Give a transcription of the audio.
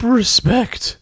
respect